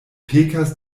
pekas